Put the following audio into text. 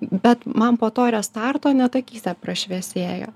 bet man po to restarto net akyse prašviesėjo